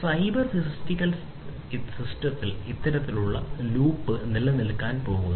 cyber physical സിസ്റ്റങ്ങളിൽ ഇത്തരത്തിലുള്ള loop നിലനിൽക്കാൻ പോകുന്നു